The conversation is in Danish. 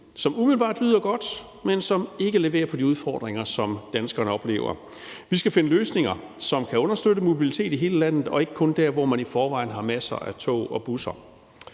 som umiddelbart lyder godt, men som ikke leverer på de udfordringer, danskerne oplever. Vi skal finde løsninger, som kan understøtte mobiliteten i hele landet og ikke kun der, hvor man i forvejen har masser af tog og busser.